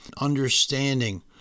Understanding